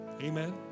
Amen